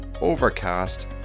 Overcast